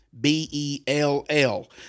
B-E-L-L